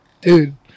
Dude